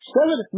Seven